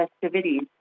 festivities